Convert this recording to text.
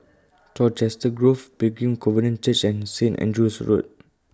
Colchester Grove Pilgrim Covenant Church and Saint Andrew's Road